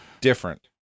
different